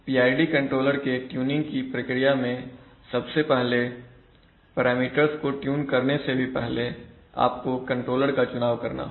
तो PID controller के tuning की प्रक्रिया में सबसे पहले पैरामीटर्स को ट्यून करने से भी पहले आपको कंट्रोलर का चुनाव करना होगा